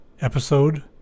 Episode